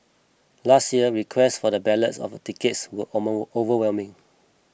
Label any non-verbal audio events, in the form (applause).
last year request for the ballots of the tickets was (unintelligible) overwhelming